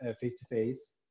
face-to-face